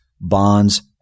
bonds